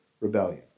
rebellion